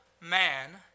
man